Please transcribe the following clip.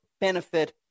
benefit